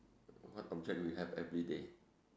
what object we have everyday